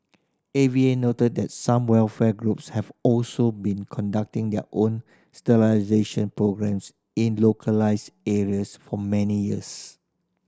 A V A noted that some welfare groups have also been conducting their own sterilisation programmes in localised areas for many years